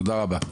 תודה רבה.